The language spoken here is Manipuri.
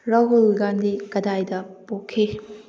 ꯔꯥꯍꯨꯜ ꯒꯥꯟꯙꯤ ꯀꯗꯥꯏꯗ ꯄꯣꯛꯈꯤ